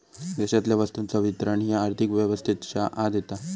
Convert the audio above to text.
देशातल्या वस्तूंचा वितरण ह्या आर्थिक व्यवस्थेच्या आत येता